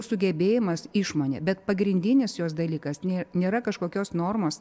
sugebėjimas išmonė bet pagrindinis jos dalykas ne nėra kažkokios normos